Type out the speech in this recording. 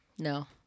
No